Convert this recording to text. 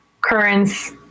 Currents